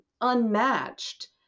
unmatched